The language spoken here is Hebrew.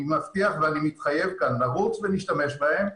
אני מבטיח ומתחייב כאן, נרוץ ונשתמש בהם,